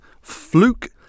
Fluke